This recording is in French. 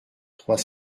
trois